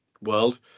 world